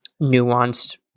nuanced